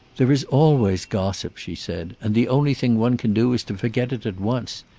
there is always gossip, she said, and the only thing one can do is to forget it at once.